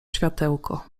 światełko